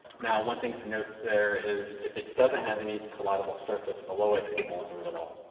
now one thing to note there is if it doesn't have any collidable surface below it, it won't move at all.